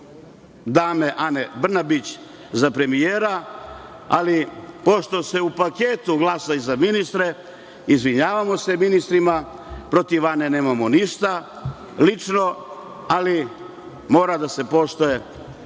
dame Ane Brnabić za premijera, ali pošto se u paketu glasa i za ministre, izvinjavamo se ministrima. Protiv Ane nemamo ništa lično, ali mora da se poštuje